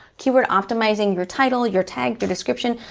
keyword optimizing your title, your tag, your description,